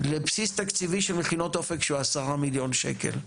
לבסיס תקציבי של מכינות אופק שהוא 10 מיליון שקלים,